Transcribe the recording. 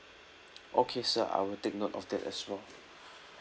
okay sir I will take note of that as well